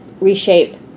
reshape